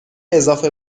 اضافه